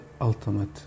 ultimate